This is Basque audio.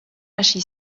hasi